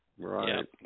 Right